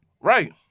right